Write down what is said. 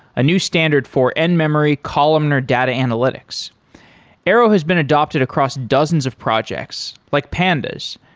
a new standard for end-memory columnar data analytics arrow has been adapted across dozens of projects, like pandas,